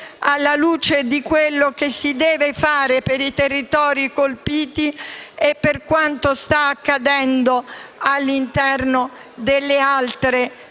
alla luce di ciò che si deve fare per i territori colpiti e di ciò che sta accadendo all'interno delle altre realtà